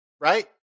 Right